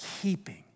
keeping